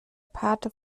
pate